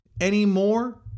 anymore